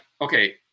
okay